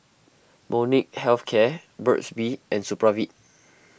Molnylcke Health Care Burt's Bee and Supravit